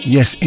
Yes